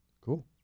Cool